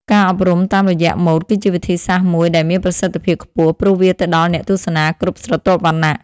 ការអប់រំតាមរយៈម៉ូដគឺជាវិធីសាស្ត្រមួយដែលមានប្រសិទ្ធភាពខ្ពស់ ព្រោះវាទៅដល់អ្នកទស្សនាគ្រប់ស្រទាប់វណ្ណៈ។